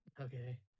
okay